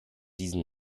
diesem